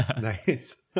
Nice